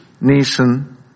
nation